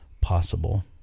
possible